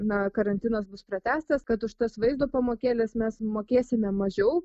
na karantinas bus pratęstas kad už tas vaizdo pamokėles mes mokėsime mažiau